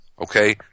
okay